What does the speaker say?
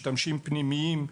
משתמשים פנימיים,